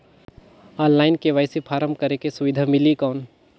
Online KYC form करेके सुविधा मिली कौन?